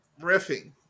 riffing